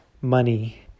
money